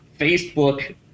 Facebook